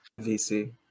VC